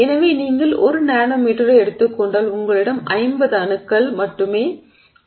எனவே நீங்கள் 1 நானோமீட்டரை எடுத்துக் கொண்டால் உங்களிடம் 50 அணுக்கள் மட்டுமே உள்ளன